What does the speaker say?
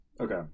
okay